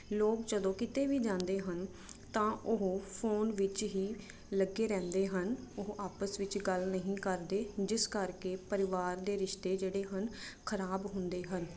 ਲੋਕ ਜਦੋਂ ਕਿਤੇ ਵੀ ਜਾਂਦੇ ਹਨ ਤਾਂ ਉਹ ਫੋਨ ਵਿੱਚ ਹੀ ਲੱਗੇ ਰਹਿੰਦੇ ਹਨ ਉਹ ਆਪਸ ਵਿੱਚ ਗੱਲ ਨਹੀਂ ਕਰਦੇ ਜਿਸ ਕਰਕੇ ਪਰਿਵਾਰ ਦੇ ਰਿਸ਼ਤੇ ਜਿਹੜੇ ਹਨ ਖਰਾਬ ਹੁੰਦੇ ਹਨ